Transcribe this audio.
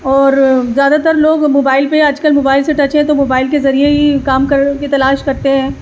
اور زیادہ تر لوگ موبائل پہ آج کل موبائل سے ٹچ ہیں تو موبائل کے ذریعے ہی کام کی تلاش کرتے ہیں